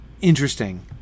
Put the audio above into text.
interesting